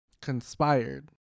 Conspired